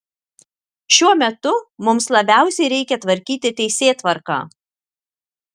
šiuo metu mums labiausiai reikia tvarkyti teisėtvarką